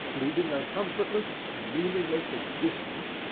leading a comfortless, meaningless existence,